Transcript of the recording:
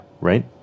Right